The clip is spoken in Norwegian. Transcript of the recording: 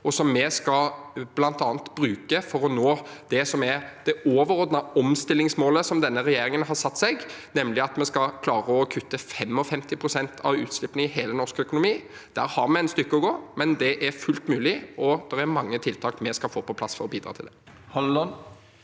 og som vi bl.a. skal bruke for å nå det overordnede omstillingsmålet som denne regjeringen har satt seg, nemlig at vi skal klare å kutte 55 pst. av utslippene i hele den norske økonomien. Der har vi et stykke å gå, men det er fullt mulig, og det er mange tiltak vi skal få på plass for å bidra til det.